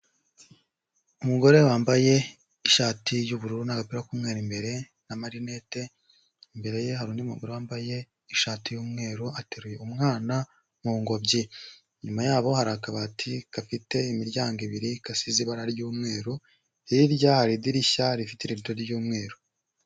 Umugore wambaye ishati y'ubururu, n'agapira k'umweru imbere n'amarinete, imbere ye hari undi mugore wambaye ishati y'umweru ateruye umwana mu ngobyi, inyuma yabo hari akabati gafite imiryango ibiri gasize ibara ry'umweru, hirya hari idirishya rifite irado ryyumweru.